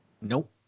Nope